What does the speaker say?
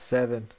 Seven